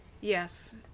yes